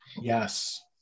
Yes